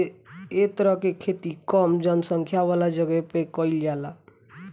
ए तरह के खेती कम जनसंख्या वाला जगह पे कईल जाला